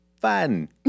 fun